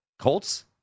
Colts